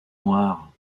noire